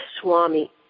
Swami